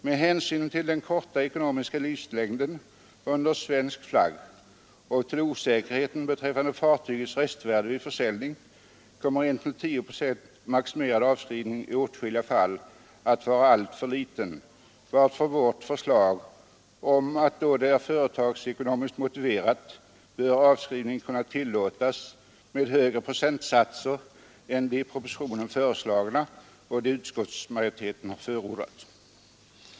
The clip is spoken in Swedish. Med hänsyn till den korta ekonomiska livslängden på fartyg under svensk flagg och till osäkerheten beträffande fartygens restvärde vid försäljning kommer en till 10 procent maximerad avskrivning i åtskilliga fall att vara alltför liten, varför vi föreslår att då det är företagsekonomiskt motiverat bör avskrivning kunna tillåtas med högre procentsatser än de i propositionen föreslagna och de som utskottsmajoriteten har förordat.